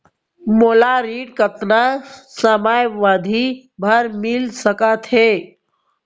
मोला ऋण कतना समयावधि भर मिलिस सकत हे?